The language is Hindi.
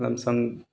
लमसम